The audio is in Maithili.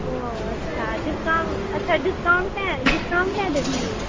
ओ अच्छा डिसकाउन्ट अच्छा डिस्काउन्ट नहि डिस्काउन्ट नहि देबही